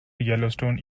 yellowstone